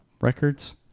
records